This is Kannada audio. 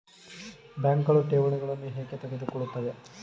ಬ್ಯಾಂಕುಗಳು ಠೇವಣಿಗಳನ್ನು ಏಕೆ ತೆಗೆದುಕೊಳ್ಳುತ್ತವೆ?